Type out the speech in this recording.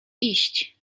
iść